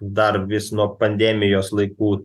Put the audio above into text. dar vis nuo pandemijos laikų